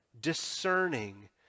discerning